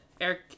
Eric